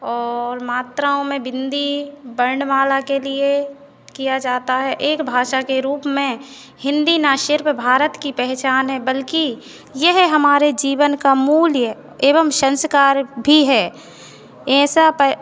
और मात्राओं में बिंदी वर्णमाला के लिए किया जाता है एक भाषा के रूप में हिंदी न सिर्फ भारत की पहचान है बल्कि यह हमारे जीवन का मूल्य एवं संस्कार भी है ऐसा पह